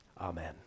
Amen